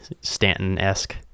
stanton-esque